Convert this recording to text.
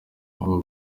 ibyo